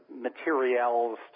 materials